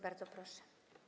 Bardzo proszę.